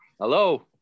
hello